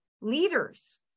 leaders